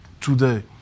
today